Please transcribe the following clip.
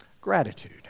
Gratitude